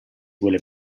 quelle